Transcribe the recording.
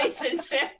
relationship